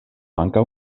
ankaŭ